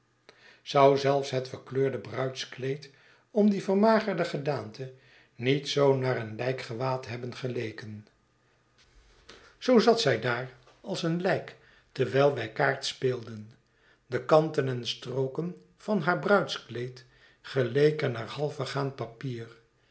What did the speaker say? zou zelfs het verkleurde bruidskleed om die vermagerde gedaante niet zoo naar een lijkgewaad hebben geleken zoo zat zij daar als een lijk terwijl wij kaartspeelden de kanten en strooken van haar bruidskleed geleken naar half vergaan papier